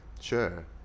Sure